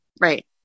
right